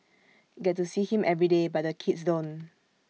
get to see him every day but the kids don't